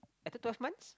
I thought twelve months